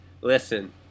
Listen